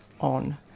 on